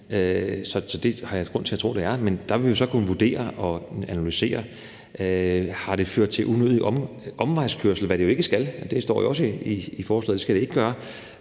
så det har jeg grund til at tro at det gør. Men der vil vi jo så kunne vurdere og analysere, om det har ført til unødig omvejskørsel, hvad det ikke skal – det står der jo også i forslaget at det skal ikke gøre